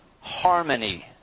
harmony